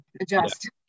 adjust